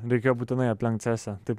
reikėjo būtinai aplenkt sesę taip